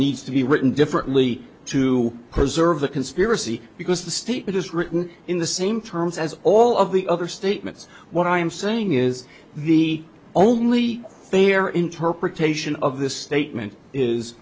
needs to be written differently to preserve the conspiracy because the state is written in the same terms as all of the other statements what i am saying is the only fair interpretation of this statement is